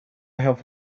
have